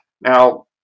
Now